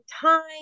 time